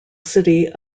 city